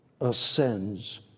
ascends